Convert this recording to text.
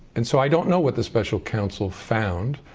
and so i don't know what the special counsel found,